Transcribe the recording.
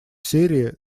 сирии